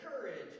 courage